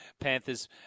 Panthers